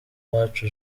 uwacu